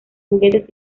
juguetes